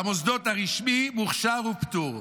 במוסדות הרשמי, מוכשר ופטור.